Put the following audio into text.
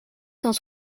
cent